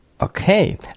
Okay